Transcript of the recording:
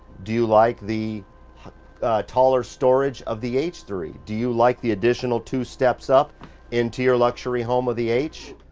do you like the taller storage of the h three? do you like the additional two steps up into your luxury home of the h?